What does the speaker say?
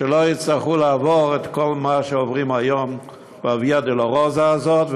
שלא יצטרכו לעבור את כל מה שעוברים היום בוויה דולורוזה הזאת,